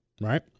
right